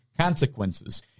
consequences